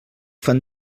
fan